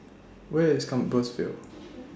Where IS Compassvale